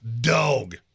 dog